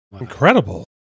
Incredible